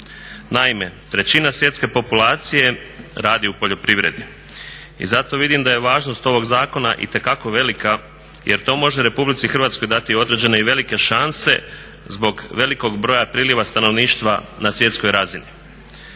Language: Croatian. Naime, trećina svjetske populacije radi u poljoprivredi i zato vidim da je važnost ovog zakona itekako velika jer to može RH dati određene i velike šanse zbog velikog broj prilijeva stanovništva na svjetskoj razini.